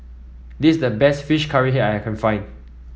this is the best fish curry head that I can find